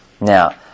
Now